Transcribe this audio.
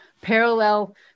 parallel